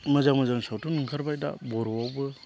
मोजां मोजां सावथुन ओंखारबाय दा बर'आवबो